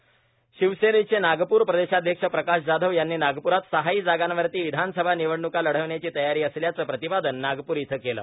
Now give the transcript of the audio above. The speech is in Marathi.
प्रकाश जायव जीएम शिवसेनेचे नागपूर प्रदेशाध्यक्ष प्रकाश जाधव यांनी नागपूरात सहाही जागा वरती विधानसभा निवडण्का लढवण्याची तयारी असल्याचं प्रतिपादन नागपूर इथं केलं